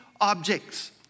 objects